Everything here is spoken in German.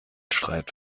streit